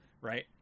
right